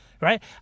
Right